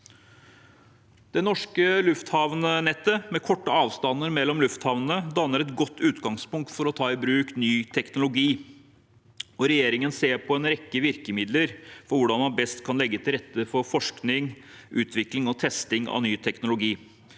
Det norske lufthavnnettet, med korte avstander mellom lufthavnene, danner et godt utgangspunkt for å ta i bruk ny teknologi, og regjeringen ser på en rekke virkemidler for hvordan man best kan legge til rette for forskning, utvikling og testing av ny teknologi,